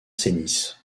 cenis